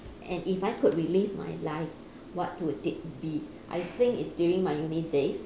and if I could relive my life what would it be I think it's during my uni days